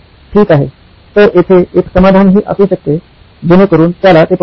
ठीक आहेतर येथे एक समाधान हि असू शकते जेणेकरून त्याला ते परवडेल